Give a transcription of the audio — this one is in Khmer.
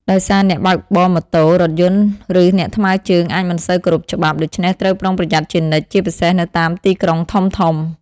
ដោយសារអ្នកបើកបរម៉ូតូ រថយន្តឬអ្នកថ្មើរជើងអាចមិនសូវគោរពច្បាប់ ដូច្នេះត្រូវប្រុងប្រយ័ត្នជានិច្ច ជាពិសេសនៅតាមទីក្រុងធំៗ។